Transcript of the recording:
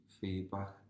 feedback